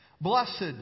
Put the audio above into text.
Blessed